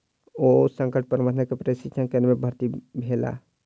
ओ संकट प्रबंधन के प्रशिक्षण केंद्र में भर्ती भ गेला